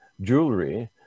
jewelry